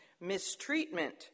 mistreatment